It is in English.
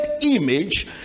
image